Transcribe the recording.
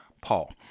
Paul